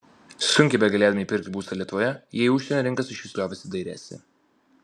sunkiai begalėdami įpirkti būstą lietuvoje jie į užsienio rinkas išvis liovėsi dairęsi